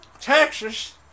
Texas